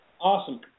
Awesome